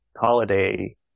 holiday